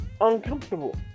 uncomfortable